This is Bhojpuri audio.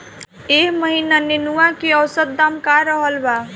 एह महीना नेनुआ के औसत दाम का रहल बा?